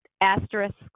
Asterisks